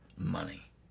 money